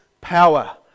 power